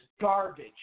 garbage